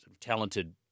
talented